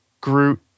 Groot